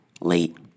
late